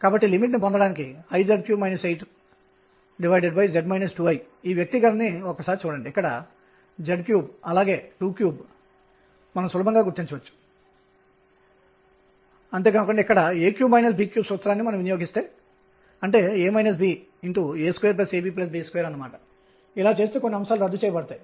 కాబట్టి నేను planar polar coordinate లలో వ్రాస్తున్నది మరియు సాధారణంగా పొటెన్షియల్ ఎనర్జీ r పై ఆధారపడి ఉంటుంది కానీ ప్రస్తుతం దానిని r గా రాద్ధాం